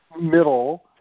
middle